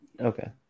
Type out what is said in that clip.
Okay